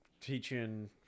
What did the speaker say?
Teaching